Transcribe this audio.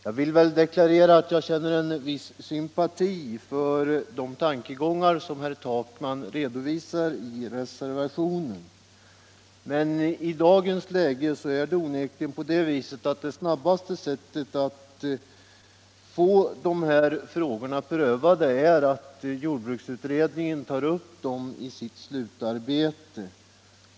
Jag vill deklarera att jag känner en viss sympati för de tankegångar som herr Takman redovisar i reservationen, men det snabbaste sättet att få dessa frågor prövade är onekligen att jordbruksutredningen tar upp dem i sitt slutarbete.